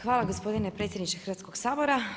Hvala gospodine predsjedniče Hrvatskoga sabora.